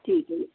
ਠੀਕ ਹੈ ਜੀ